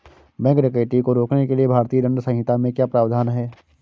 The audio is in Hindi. बैंक डकैती को रोकने के लिए भारतीय दंड संहिता में क्या प्रावधान है